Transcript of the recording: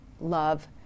love